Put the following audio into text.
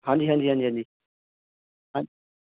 ਹਾਂਜੀ ਹਾਂਜੀ ਹਾਂਜੀ ਹਾਂਜੀ